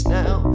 now